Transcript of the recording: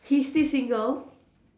he still single